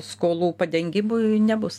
skolų padengimui nebus